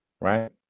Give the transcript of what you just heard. right